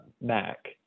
Mac